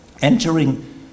entering